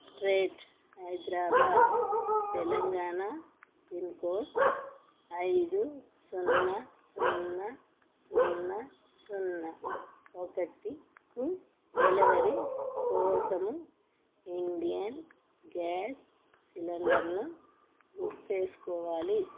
street Hyderabad Telangana pin code ఐదు సున్నా సున్నా సున్నా సున్నా ఒకటి కు డెలివరీ కోసము ఇండేన్ గ్యాస్ సిలండర్ను బుక్ చేసుకోవాలి